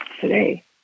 today